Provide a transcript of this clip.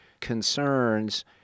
concerns